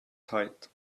tight